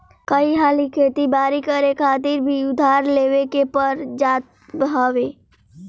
कई हाली खेती बारी करे खातिर भी उधार लेवे के पड़ जात हवे